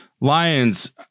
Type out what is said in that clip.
Lions